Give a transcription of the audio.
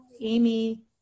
Amy